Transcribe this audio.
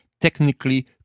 technically